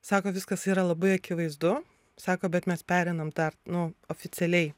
sako viskas yra labai akivaizdu sako bet mes pereinam dar nu oficialiai